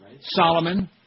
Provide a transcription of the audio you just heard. Solomon